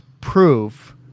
proof